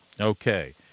Okay